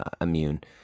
immune